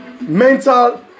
mental